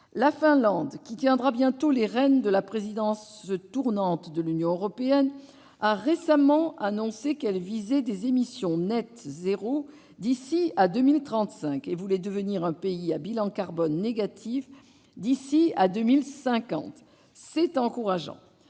La Finlande, qui tiendra bientôt les rênes de la présidence tournante de l'Union européenne, a récemment annoncé qu'elle visait des émissions nettes zéro d'ici à 2035 et voulait devenir un pays à bilan carbone négatif d'ici à 2050. C'est encourageant.